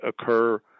occur